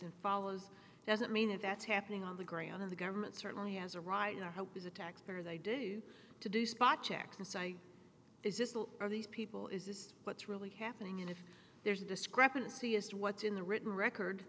and follows doesn't mean that that's happening on the ground in the government certainly has a right and i hope as a taxpayer they do to do spot checks and so i or these people is just what's really happening and if there's a discrepancy as to what's in the written record